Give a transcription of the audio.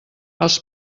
els